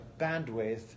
bandwidth